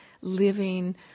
living